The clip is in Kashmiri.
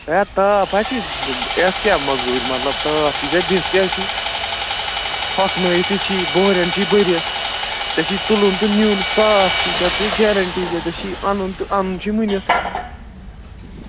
ہے تاپھ ہا چھِی یَتھ کیٛاہ موٚزوٗرۍ مطلب تاپھ چھِی ژےٚ دِتھ کیٛاہ چھِی ہۅکھٕنٲوِتھ تہِ چھِی بۅہرٮ۪ن چھِی بٔرِتھ ژےٚ چھِی تُلُن تہٕ نِیُن صاف چھِی تَتھ گٔے گرینٹی ژےٚ ژےٚ چھِی اَنُن تہٕ اَنُن چھُے مُنِتھ